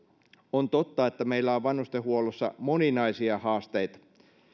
on totta että meillä on vanhustenhuollossa moninaisia haasteita